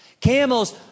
camels